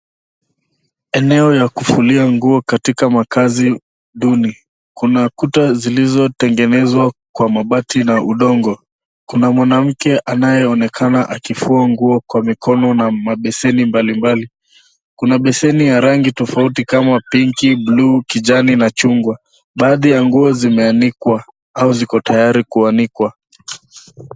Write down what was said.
Eneo la kufulia nguo katika makaazi duni. Kuna kuta zilizotengenezwa kwa mabati na udongo. Kuna mwanamke anayeonekana akifua nguo kwa mikono na mabeseni mbalimbali. Kuna beseni ya rangi tofauti kama pinki, bluu, kijani na chungwa. Baadhi ya nguo zimeanikwa au ziko tayari kuanikwa.